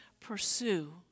pursue